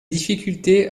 difficultés